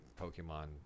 pokemon